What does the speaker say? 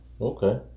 Okay